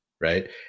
right